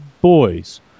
boys